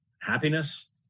happiness